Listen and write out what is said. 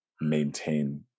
maintain